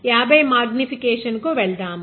కాబట్టి 50 X magnification కు వెళ్దాం